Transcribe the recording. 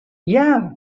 yeah